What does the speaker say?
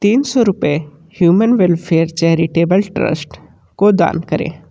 तीन सौ रुपये ह्यूमन वेलफेयर चैरिटेबल ट्रस्ट को दान करें